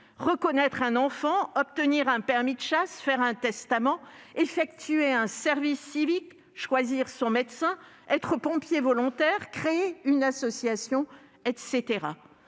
reconnaître un enfant, obtenir un permis de chasse, faire un testament, effectuer un service civique, choisir son médecin, être pompier volontaire, créer une association, etc.